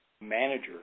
manager